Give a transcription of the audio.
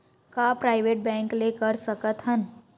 का private bank ले कर सकत हन?